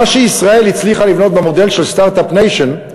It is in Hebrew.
מה שישראל הצליחה לבנות במודל של Start-up Nation,